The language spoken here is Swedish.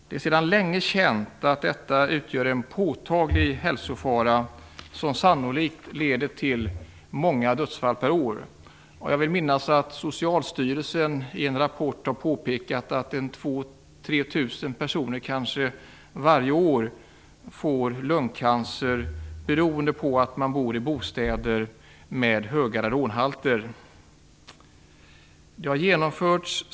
Det är sedan länge känt att detta utgör en påtaglig hälsofara som sannolikt leder till många dödsfall per år. Jag vill minnas att Socialstyrelsen i en rapport har påpekat att 2 000-3 000 personer varje år får lungcancer beroende på att de bor i bostäder med höga radonhalter.